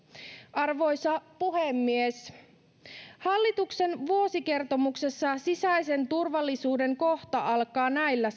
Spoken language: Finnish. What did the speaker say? arvoisa puhemies hallituksen vuosikertomuksessa sisäisen turvallisuuden kohta alkaa näillä